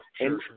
sure